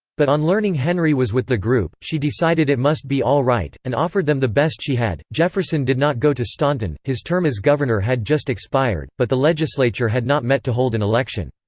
but on learning henry was with the group, she decided it must be all right, and offered them the best she had jefferson did not go to staunton his term as governor had just expired, but the legislature had not met to hold an election.